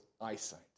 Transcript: eyesight